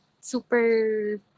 super